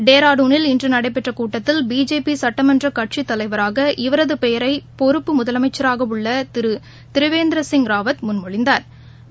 டேராடுனில் இன்று நடைபெற்ற கூட்டத்தில் பிஜேபி சுட்டமன்ற கட்சித் தலைவராக இவரது பெயரை பொறுப்பு முதலமைச்சராக உள்ள திரு திரிவேந்திரசிங் ராவத் முன்மொழிந்தாா்